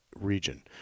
region